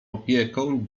opieką